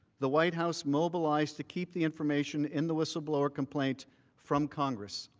the white house mobilized to keep the information in the whistleblower complaint from congress.